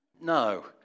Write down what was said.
No